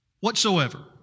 whatsoever